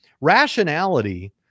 rationality